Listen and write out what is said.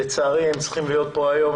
לצערי הם צריכים להיות כאן היום.